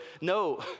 no